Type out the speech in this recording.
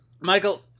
Michael